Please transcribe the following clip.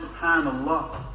subhanAllah